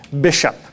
bishop